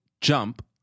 JUMP